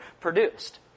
produced